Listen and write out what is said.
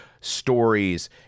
stories